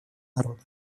народа